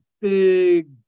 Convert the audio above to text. big